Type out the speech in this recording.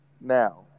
Now